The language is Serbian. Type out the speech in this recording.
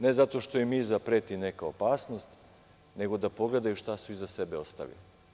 Ne zato što im iza preti neka opasnost, nego da pogledaju šta su iza sebe ostavili.